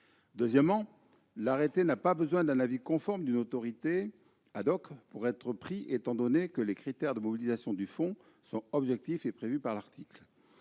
Ensuite, l'arrêté n'a pas besoin d'un avis conforme d'une autorité, étant donné que les critères de mobilisation du fonds sont objectifs et prévus par l'article.